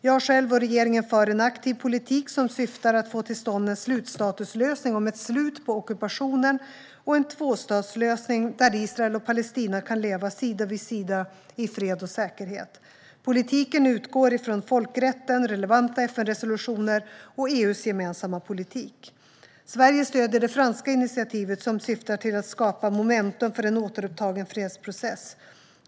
Jag själv och regeringen för en aktiv politik som syftar till att få till stånd en slutstatuslösning om ett slut på ockupationen och en tvåstatslösning, där Israel och Palestina kan leva sida vid sida i fred och säkerhet. Politiken utgår från folkrätten, relevanta FN-resolutioner och EU:s gemensamma politik. Sverige stöder det franska initiativet som syftar till att skapa momentum för en återupptagen fredsprocess.